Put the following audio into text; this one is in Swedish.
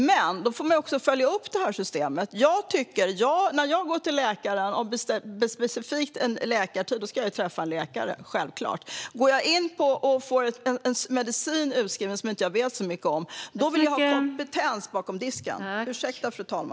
Men man får också följa upp systemet. När jag specifikt begär att få en läkartid ska jag träffa en läkare. Det är självklart. Om jag får en medicin utskriven som jag inte vet så mycket om vill jag att det ska finnas kompetens bakom disken på apoteket.